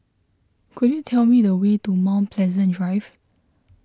could you tell me the way to Mount Pleasant Drive